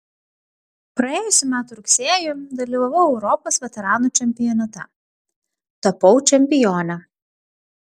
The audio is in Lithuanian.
praėjusių metų rugsėjį dalyvavau europos veteranų čempionate tapau čempione